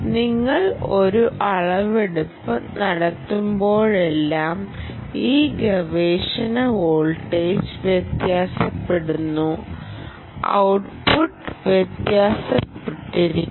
നിങ്ങൾ ഒരു അളവെടുപ്പ് നടത്തുമ്പോഴെല്ലാം ഈ ഗവേഷണ വോൾട്ടേജ് വ്യത്യാസപ്പെടുന്നു ഒട്ട്പുട്ട് വ്യത്യാസപ്പെട്ടിരിക്കും